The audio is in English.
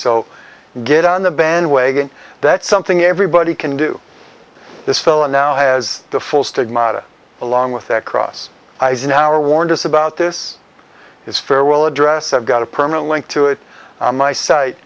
get on the bandwagon that's something everybody can do this fella now has the full stigmata along with that cross eisenhower warned us about this his farewell address i've got a permanent link to it on my si